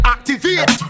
Activate